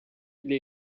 для